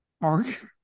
Mark